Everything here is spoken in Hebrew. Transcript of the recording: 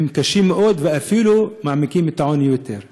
הם קשים מאוד ואפילו מעמיקים את העוני יותר.